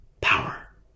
Power